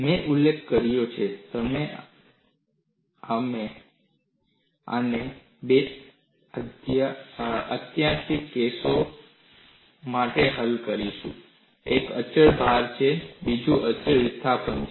મેં ઉલ્લેખ કર્યો છે તેમ આપણે આને બે આત્યંતિક કેસો માટે હલ કરીશું એક અચળ ભાર છે બીજું અચળ વિસ્થાપન છે